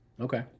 Okay